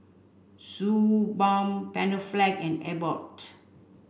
Suu Balm Panaflex and Abbott